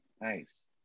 Nice